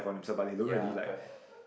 ya correct